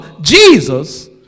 Jesus